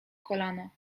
kolano